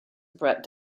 brett